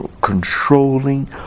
controlling